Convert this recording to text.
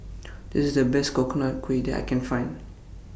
This IS The Best Coconut Kuih that I Can Find